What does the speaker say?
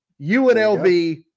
UNLV